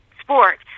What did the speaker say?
sport